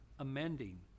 Amending